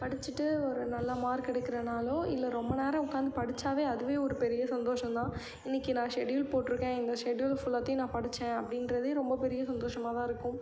படித்திட்டு ஒரு நல்ல மார்க் எடுக்கிறேனாலோ இல்லை ரொம்ப நேரம் உக்கார்ந்து படித்தாவே அதுவே ஒரு பெரிய சந்தோஷம்தான் இன்றைக்கி நான் ஷெட்யூல் போட்டிருக்கேன் இந்த ஷெட்யூல் ஃபுல்லாத்தையும் நான் படித்தேன் அப்படின்றதே ரொம்ப பெரிய சந்தோஷமாக தான் இருக்கும்